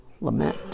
lament